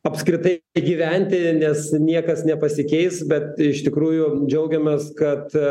apskritai gyventi nes niekas nepasikeis bet iš tikrųjų džiaugiamės kad